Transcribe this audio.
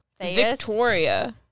Victoria